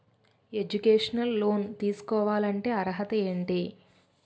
Educational loan తీసుకోవాలంటే అర్హత ఏంటి?